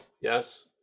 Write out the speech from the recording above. yes